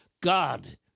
God